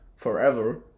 forever